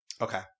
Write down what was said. Okay